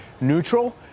neutral